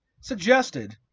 suggested